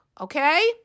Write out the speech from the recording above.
okay